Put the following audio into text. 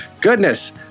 Goodness